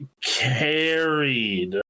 carried